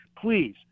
please